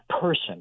person